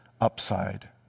upside